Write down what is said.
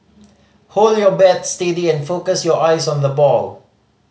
hold your bat steady and focus your eyes on the ball